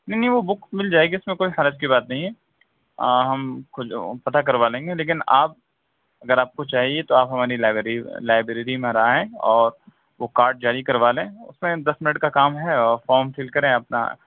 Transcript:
نہیں نہیں وہ بک مِل جائے گی اس میں کوئی حرج کی بات نہیں ہے ہم خود پتہ کروا لیں گے لیکن آپ اگر آپ کو چاہیے تو آپ ہماری لائبریری لائبریری میں اگر آئیں اور وہ کارڈ جاری کروا لیں اُس میں دس منٹ کا کام ہے اور فام فل کریں اپنا